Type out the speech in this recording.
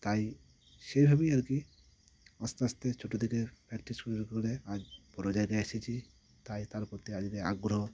তাই সেভাবেই আর কি আস্তে আস্তে ছোট থেকে প্র্যাকটিস করে করে আজ বড় জায়গায় এসেছি তাই তার প্রতি আজকে আগ্রহ